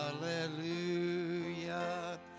Hallelujah